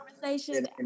conversation